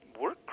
work